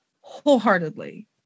wholeheartedly